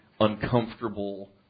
uncomfortable